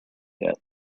yet